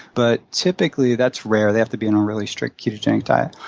but typically, that's rare. they have to be on a really strict ketogenic diet.